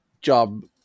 job